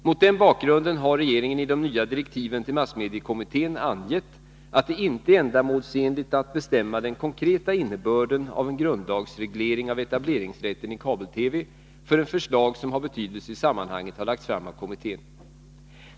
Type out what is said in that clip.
Mot den bakgrunden har regeringen i de nya direktiven till massmediekommittén angett att det inte är ändamålsenligt att bestämma den konkreta innebörden av en grundlagsreglering av etableringsrätten i kabel-TV förrän förslag som har betydelse i sammanhanget har lagts fram av kommittén.